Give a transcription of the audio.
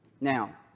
Now